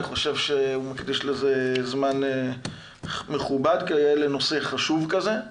אני חושב שהוא מקדיש לזה זמן מכובד כיאה לנושא חשוב כזה,